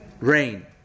rain